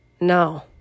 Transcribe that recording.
No